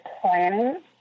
planning